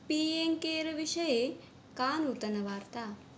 P एङ् केर् विषये का नूतनवार्ता